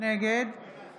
נגד עופר